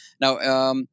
Now